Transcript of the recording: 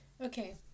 Okay